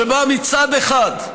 שבה, מצד אחד,